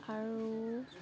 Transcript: আৰু